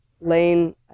Lane